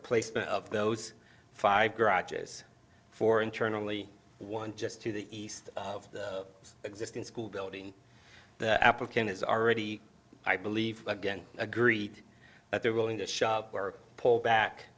placement of those five garages for internally one just to the east of the existing school building the application is already i believe again agree that they're willing to shop were pulled back